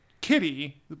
Kitty